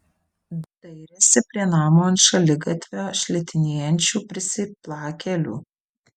dairėsi prie namo ant šaligatvio šlitinėjančių prisiplakėlių